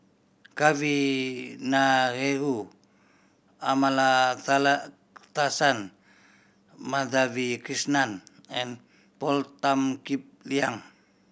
Kavignareru Amallathasan Madhavi Krishnan and Paul Tan Kim Liang